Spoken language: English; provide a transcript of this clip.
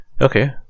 Okay